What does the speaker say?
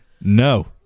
No